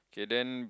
okay then